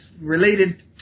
related